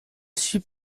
suis